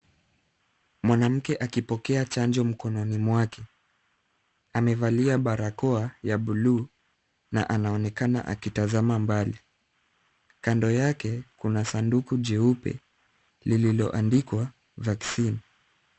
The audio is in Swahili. Mwanamke akipokwa chanjo mkononi mwake. Amevalia barakoa ya buluu na anaonekana akitazama mbali. Kando yake kuna sanduku jeupe lililoandikwa vaccine .